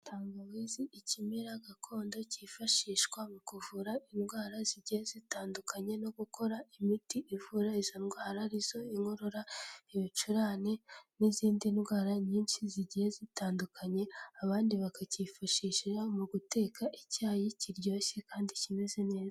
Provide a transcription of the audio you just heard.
Tangawizi ikimera gakondo kifashishwa mu kuvura indwara zigiye zitandukanye no gukora imiti ivura izo ndwara arizo inkorora, ibicurane n'izindi ndwara nyinshi zigiye zitandukanye, abandi bakakifashisha mu guteka icyayi kiryoshye kandi kimeze neza.